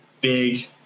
big